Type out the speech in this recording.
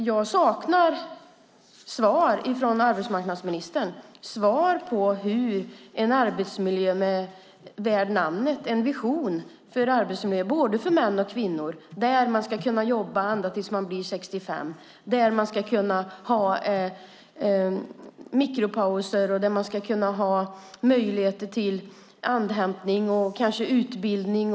Jag saknar svar från arbetsmarknadsministern när det gäller en arbetsmiljö värd namnet, en vision för arbetsmiljön, för både män och kvinnor, där man ska kunna jobba ända tills man blir 65 och där man ska kunna ha mikropauser, möjligheter till andhämtning och kanske utbildning.